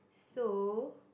so